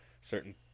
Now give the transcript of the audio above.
certain